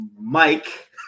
Mike